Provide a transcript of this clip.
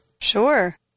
Sure